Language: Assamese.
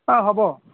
অঁ হ'ব